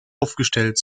aufgestellt